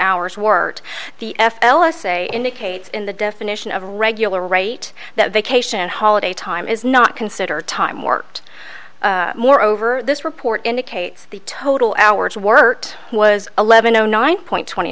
hours worked the f l s a indicates in the definition of regular rate that vacation holiday time is not consider time worked more over this report indicates the total hours worked was eleven o nine point twenty